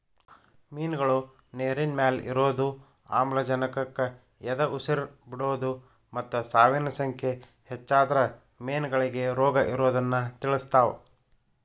ಮಿನ್ಗಳು ನೇರಿನಮ್ಯಾಲೆ ಇರೋದು, ಆಮ್ಲಜನಕಕ್ಕ ಎದಉಸಿರ್ ಬಿಡೋದು ಮತ್ತ ಸಾವಿನ ಸಂಖ್ಯೆ ಹೆಚ್ಚಾದ್ರ ಮೇನಗಳಿಗೆ ರೋಗಇರೋದನ್ನ ತಿಳಸ್ತಾವ